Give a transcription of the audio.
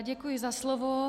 Děkuji za slovo.